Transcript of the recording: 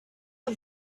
are